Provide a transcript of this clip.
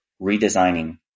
redesigning